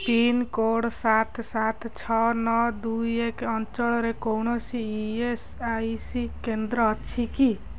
pincode ସାତ ସାତ ଛଅ ନଅ ଦୁଇ ଏକ ଅଞ୍ଚଳରେ କୌଣସି ଇ ଏସ୍ ଆଇ ସି କେନ୍ଦ୍ର ଅଛି କି